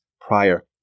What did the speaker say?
prior